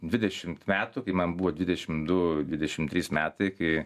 dvidešimt metų kai man buvo dvidešimt du dvidešimt trys metai kai